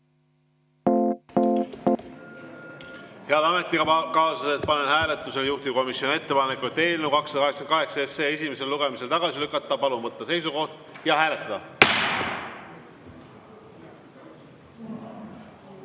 Head ametikaaslased, panen hääletusele juhtivkomisjoni ettepaneku eelnõu 288 esimesel lugemisel tagasi lükata. Palun võtta seisukoht ja hääletada!